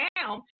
now